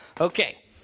Okay